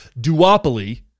duopoly